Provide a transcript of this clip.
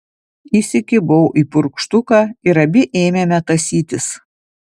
įsikibau į purkštuką ir abi ėmėme tąsytis